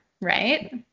right